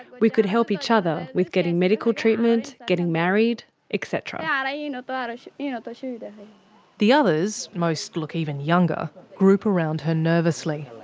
we could help each other with getting medical treatment, getting married etc. yeah but you know but you know but yeah the others most look even younger group around her nervously.